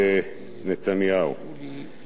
איך אני יודע שהמשרד הזה מיותר?